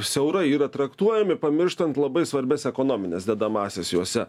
siaurai yra traktuojami pamirštant labai svarbias ekonomines dedamąsias jose